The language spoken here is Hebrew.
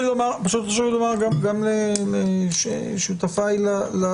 פשוט חשוב לי לומר גם לשותפיי לדיון,